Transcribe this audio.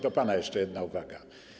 Do pana jeszcze jedna uwaga.